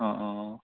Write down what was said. অঁ অঁ